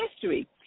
history